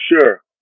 sure